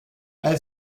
elle